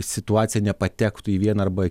situacija nepatektų į vieną arba